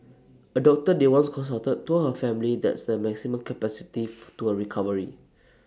A doctor they once consulted told her family that's the maximum capacity to her recovery